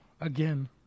again